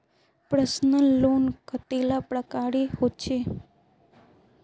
Personal loan कतेला प्रकारेर होचे?